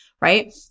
right